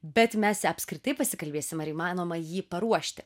bet mes apskritai pasikalbėsim ar įmanoma jį paruošti